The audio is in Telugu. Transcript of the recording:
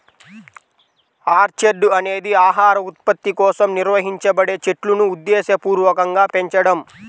ఆర్చర్డ్ అనేది ఆహార ఉత్పత్తి కోసం నిర్వహించబడే చెట్లును ఉద్దేశపూర్వకంగా పెంచడం